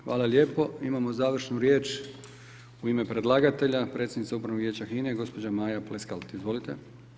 Hvala lijepo, imamo završnu riječ u ime predlagatelja, predsjednica Upravnog vijeća HINA-e, gospođa Maja Pleskalt, izvolite.